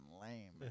lame